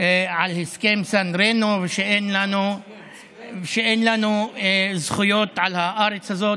על הסכם סן רמו ושאין לנו זכויות על הארץ הזאת.